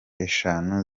eshanu